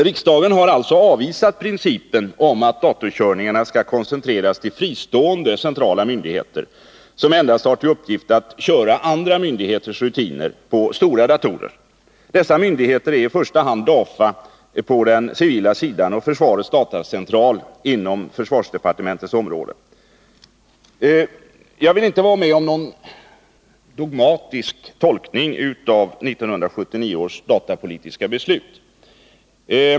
Riksdagen har alltså avvisat principen att datorkörningarna skall koncentreras till fristående, centrala myndigheter som endast har till uppgift att köra andra myndigheters rutiner på stora datorer. Dessa myndigheter är i första hand DAFA på den civila sidan och försvarets datacentral inom försvarsdepartementets område. | Jag vill inte vara med om någon dogmatisk tolkning av 1979 års datapolitiska beslut.